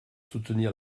soutenir